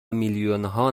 میلیونها